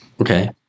Okay